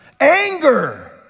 anger